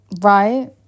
Right